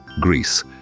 Greece